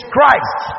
Christ